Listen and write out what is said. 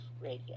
Radio